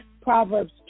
Proverbs